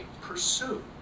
pursue